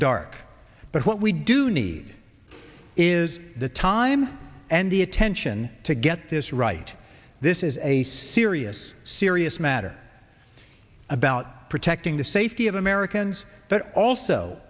dark but what we do need is the time and the attention to get this right this is a serious serious matter about protecting the safety of americans but also